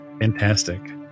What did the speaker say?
Fantastic